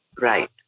Right